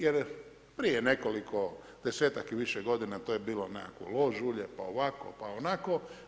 Jer prije nekoliko desetak i više godina to je bilo nekakvo lož ulje, pa ovako, pa onako.